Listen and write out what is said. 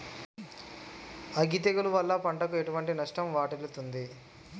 అగ్గి తెగులు వల్ల పంటకు ఎటువంటి నష్టం వాటిల్లుతది?